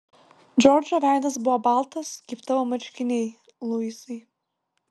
džordžo veidas buvo baltas kaip tavo marškiniai luisai